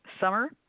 Summer